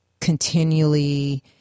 continually